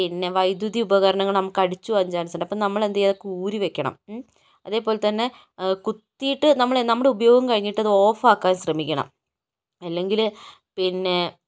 പിന്നേ വൈദ്യുതി ഉപകരണങ്ങൾ നമുക്ക് അടിച്ചു പോകാൻ ചാൻസുണ്ട് അപ്പോൾ നമ്മളെന്താ ചെയ്യുക അതൊക്കേ ഊരി വെക്കണം അതേപോലെ തന്നെ കുത്തിയിട്ട് നമ്മളേ നമ്മുടേ ഉപയോഗം കഴിഞ്ഞിട്ട് അത് ഓഫാക്കാൻ ശ്രമിക്കണം അല്ലെങ്കിൽ പിന്നേ